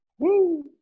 Woo